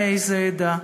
מאיזו עדה.